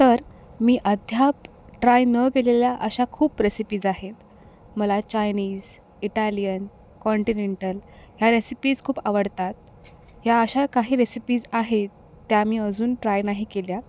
तर मी अद्याप ट्राय न केलेल्या अशा खूप रेसिपीज आहेत मला चायनीज इटालियन कॉन्टिनेंटल ह्या रेसिपीस खूप आवडतात ह्या अशा काही रेसिपीस आहेत त्या मी अजून ट्राय नाही केल्या